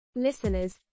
Listeners